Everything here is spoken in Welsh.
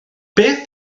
beth